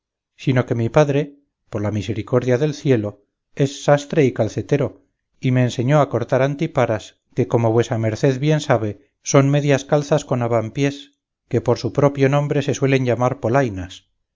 sino que mi padre por la misericordia del cielo es sastre y calcetero y me enseñó a cortar antiparas que como vuesa merced bien sabe son medias calzas con avampiés que por su propio nombre se suelen llamar polainas